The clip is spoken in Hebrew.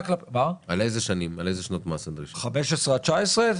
2015 עד 2019?